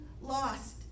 lost